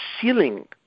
ceiling